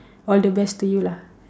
all the best to you lah